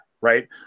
Right